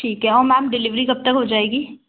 ठीक है और मेम डिलीवरी कब तक हो जाएगी